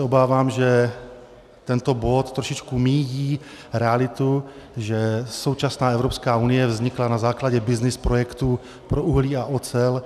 Obávám se, že tento bod trošičku míjí realitu, že současná Evropská unie vznikla na základě byznys projektu pro uhlí a ocel.